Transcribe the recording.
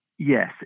Yes